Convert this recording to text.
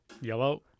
Yellow